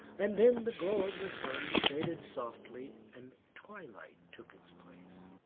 and then the glow of the sun faded softly and twilight took its place.